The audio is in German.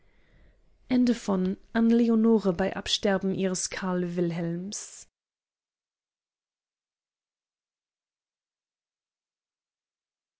an leonore bei absterben ihres karl wilhelms